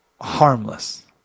Harmless